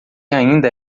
ainda